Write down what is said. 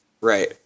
Right